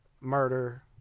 murder